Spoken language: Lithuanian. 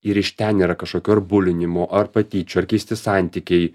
ir iš ten yra kašokių ar bulinimo ar patyčių ar keisti santykiai